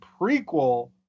prequel